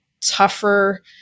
tougher